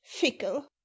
fickle